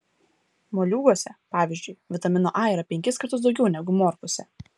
moliūguose pavyzdžiui vitamino a yra penkis kartus daugiau negu morkose